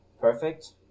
perfect